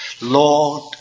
Lord